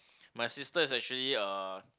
my sister is actually uh